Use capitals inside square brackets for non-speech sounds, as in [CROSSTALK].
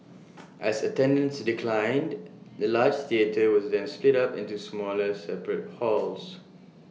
[NOISE] as attendance declined the large theatre was then split up into smaller separate halls